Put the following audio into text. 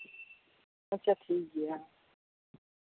ᱟᱪᱪᱷᱟ ᱴᱷᱤᱠ ᱜᱮᱭᱟ